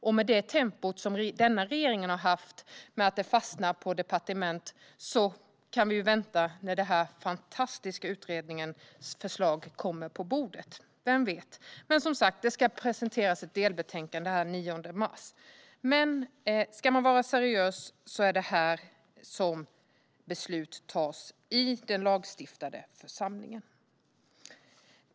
Och med det tempo som denna regering har haft där ärenden fastnar på departement lär vi få vänta till dess att denna fantastiska utrednings förslag kommer på bordet. Vem vet? Det ska som sagt presenteras ett delbetänkande den 9 mars. Men om man ska vara seriös ska man tänka på att det är här i riksdagen som beslut fattas - i den lagstiftande församlingen.